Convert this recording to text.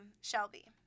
Shelby